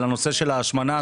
על הנושא של ההשמנה,